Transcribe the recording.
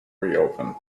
reopen